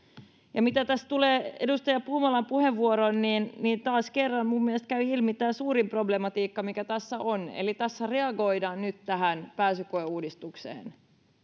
mitä tässä tulee edustaja puumalan puheenvuoroon niin niin taas kerran mielestäni käy ilmi tämä suurin problematiikka mikä tässä on eli tässä reagoidaan nyt tähän pääsykoeuudistukseen